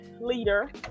leader